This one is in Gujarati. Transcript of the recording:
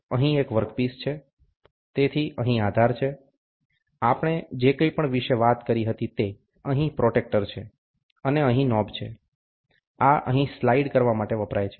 અહીં એક વર્ક પીસ છે તેથી અહીં આધાર છે આપણે જે કંઇ પણ વિશે વાત કરી હતી તે અહીં પ્રોટ્રેક્ટર છે અને અહીં નોબ છે આ અહીં સ્લાઇડ કરવા માટે વપરાય છે